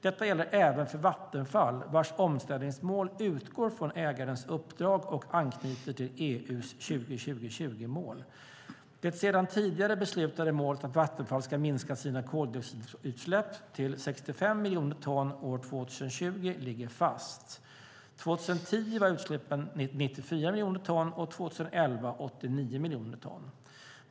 Detta gäller även för Vattenfall, vars omställningsmål utgår från ägarens uppdrag och anknyter till EU:s 20-20-20-mål. Det sedan tidigare beslutade målet att Vattenfall ska minska sina koldioxidutsläpp till 65 miljoner ton till år 2020 ligger fast. År 2010 var utsläppen 94 miljoner ton, och 2011 var utsläppen 89 miljoner ton.